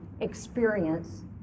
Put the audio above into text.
experience